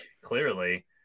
Clearly